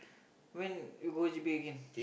when you go J_B again